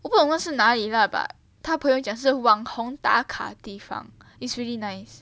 我不懂那是哪里 lah but 他朋友讲是网红大咖地方 is really nice